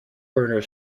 burner